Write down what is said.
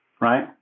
right